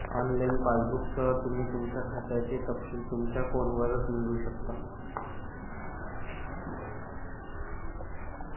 online पासबुकसह, तुम्ही तुमच्या खात्याचे तपशील तुमच्या फोनवरच मिळवू शकता